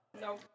no